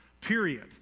Period